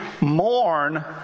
mourn